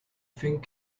thing